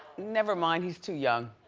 nevermind, he's too young.